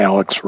Alex